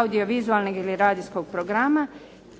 audio-vizualnih ili radijskog programa,